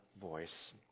voice